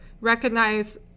recognize